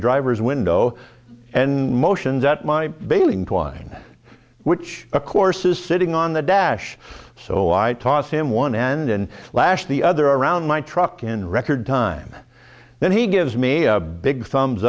driver's window and motions at my bailing twine which of course is sitting on the dash so i toss him one end and lash the other around my truck in record time then he gives me a big